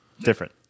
Different